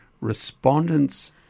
respondents